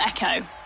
Echo